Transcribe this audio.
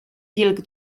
wilk